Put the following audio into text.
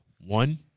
One